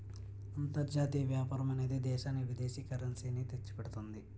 అంతర్జాతీయ వ్యాపారం అనేది దేశానికి విదేశీ కరెన్సీ ని తెచ్చిపెడుతుంది